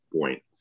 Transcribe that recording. point